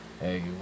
hey